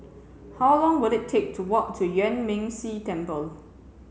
how long will it take to walk to Yuan Ming Si Temple